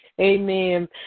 Amen